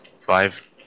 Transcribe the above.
Five